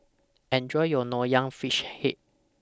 Enjoy your Nonya Fish Head